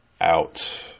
out